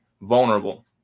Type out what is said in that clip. vulnerable